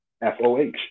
FOH